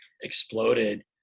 exploded